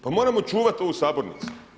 Pa moramo čuvat ovu sabornicu.